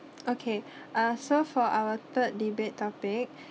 okay uh so for our third debate topic